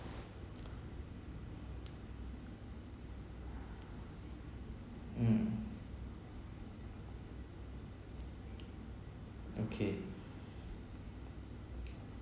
mm okay